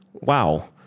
Wow